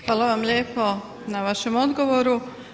Hvala vam lijepo na vašem odgovoru.